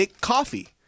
coffee